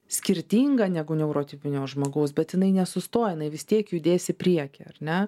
skirtinga negu neurotipinio žmogaus bet jinai nesustoja jinai vis tiek judės į priekį ar ne